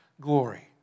glory